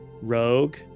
rogue